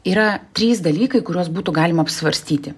yra trys dalykai kuriuos būtų galima apsvarstyti